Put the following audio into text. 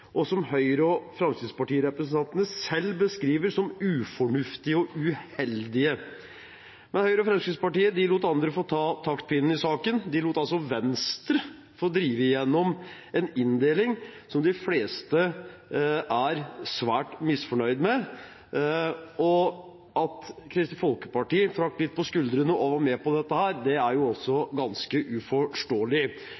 og som Høyre- og Fremskrittsparti-representantene selv beskriver som ufornuftig og uheldig. Men Høyre og Fremskrittspartiet lot andre ta taktpinnen i saken, de lot Venstre få drive igjennom en inndeling som de fleste er svært misfornøyde med. At Kristelig Folkeparti trakk litt på skuldrene og var med på dette,